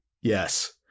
Yes